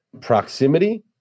Proximity